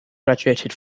graduated